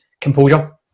composure